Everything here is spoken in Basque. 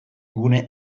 gune